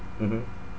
mmhmm